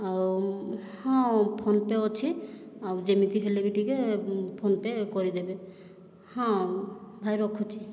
ଆଉ ହଁ PhonePe ଅଛି ଆଉ ଯେମିତି ହେଲେ ବି ଟିକେ ଫୋନ ପେ କରିଦେବେ ହଁ ଭାଇ ରଖୁଛି